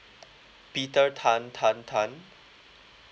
peter tan tan tan